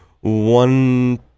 one